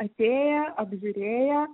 atėję apžiūrėję